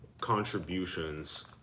contributions